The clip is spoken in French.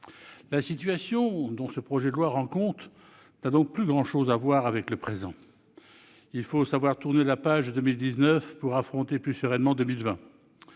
La situation dont ce projet de loi rend compte n'a donc plus grand-chose à voir avec le présent. Mais il faut savoir tourner la page de 2019 pour affronter 2020 plus sereinement.